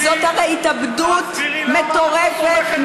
זאת הרי התאבדות מטורפת,